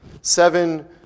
seven